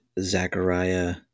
Zachariah